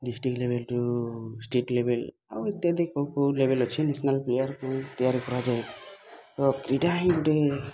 district ଲେବେଲ୍ରୁ state ଲେବେଲ୍ ଆଉ ଇତ୍ୟାଦି କୋଉ କୋଉ ଲେବେଲ୍ ଅଛି ନ୍ୟାସ୍ନାଲ୍ ପ୍ଲେୟାର୍ ପାଇଁ ତିଆରି କରାଯାଏ ତ ଏଇଟା ହିଁ ଗୋଟେ